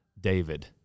David